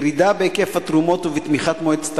ירידה בהיקף התרומות ובתמיכת מועצת